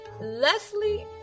Leslie